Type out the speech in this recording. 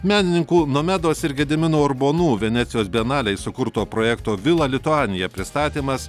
menininkų nomedos ir gedimino urbonų venecijos bienalei sukurto projekto vila lituanija pristatymas